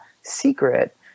secret